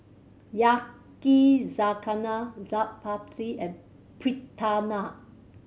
Yakizakana Chaat Papri and Fritada